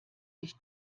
sich